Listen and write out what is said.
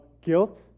guilt